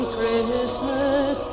Christmas